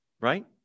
right